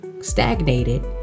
stagnated